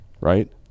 right